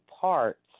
parts